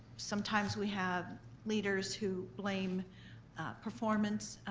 sometimes we have leaders who blame performance,